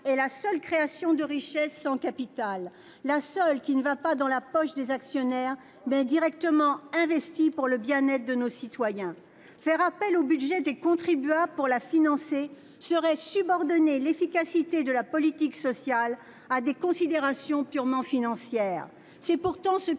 est la seule création de richesses sans capital. La seule qui ne va pas dans la poche des actionnaires, mais est directement investie pour le bien-être de nos citoyens. Faire appel au budget des contribuables pour la financer serait subordonner l'efficacité de la politique sociale à des considérations purement financières. » C'est pourtant ce que